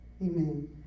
Amen